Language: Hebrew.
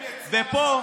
ופה,